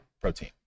protein